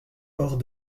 hors